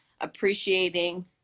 appreciating